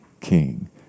king